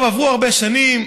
טוב, עברו הרבה שנים,